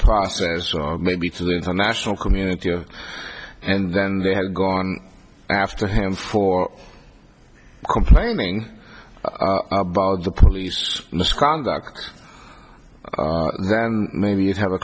process may be to the international community and then they have gone after him for complaining about the police misconduct that maybe you have a